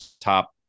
top